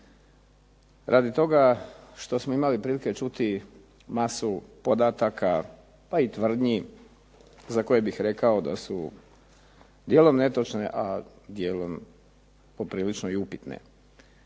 Radi toga što smo imali prilike čuti masu podataka pa i tvrdnji za koje bih rekao da su dijelom netočne, a dijelom poprilično i upitne.